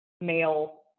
male